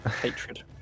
Hatred